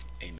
Amen